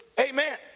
Amen